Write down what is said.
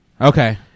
Okay